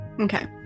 Okay